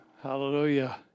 Hallelujah